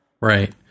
Right